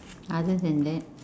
other than that